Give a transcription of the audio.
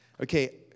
Okay